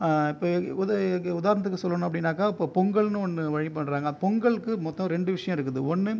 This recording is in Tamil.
பெரி உதய்க்கு உதாரணத்துக்கு சொல்லணும் அப்படின்னாக்கால் இப்போது பொங்கல்னு ஒன்று வழிபாடுகிறாங்க பொங்கலுக்கு மொத்தம் ரெண்டு விஷயம் இருக்குது ஒன்று